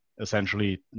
essentially